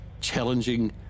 Challenging